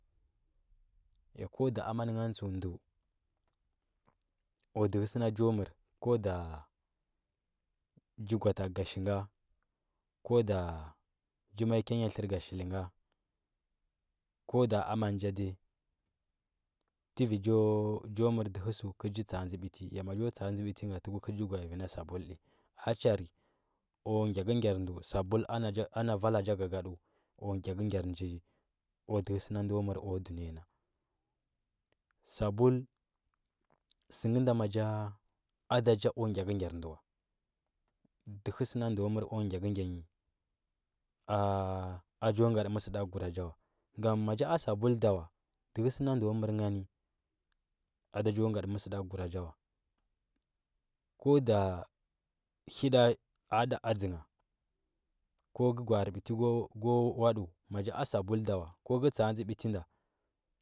Ya ko ɗa amanə ngan tsəu ndə ku dahə səna cho məra ko ɗa cha gwa takə ga shin ga ko da cha mai ki nya tlər ga shili ga ko ɗa amann ja dai təvi cho mər dəhə sə kər cha tsa. adzə biti ya ma cho tsa. adzə bit inga kəl cha gwa. a vina sabul tə achari ku gyakəgyar ndə sabul ana vaala gagada ku gyakəgyar nji ku dəhə ndo kwa məra kku duməəya naa dabul sə nda ma cha ada cha ku gyakəgyar ndə wa dehə ndə məra ku gyakəgya nyi a cho ngatə məsədakura cha wa ngam ma cha a sabul da wa dəhə səndə mvrə nganə ada cho gaty məsədakkura cha wa ko da həda tə da dzəgha ko ka gwa, are ɓite ko waɗa macha a sabul ɗa wa ko ka tsa, aɗə ɓiti nɗa.